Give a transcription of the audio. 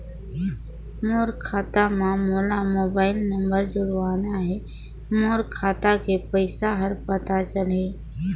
मोर खाता मां मोला मोबाइल नंबर जोड़वाना हे मोर खाता के पइसा ह पता चलाही?